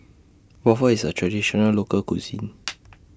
Waffle IS A Traditional Local Cuisine